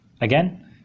Again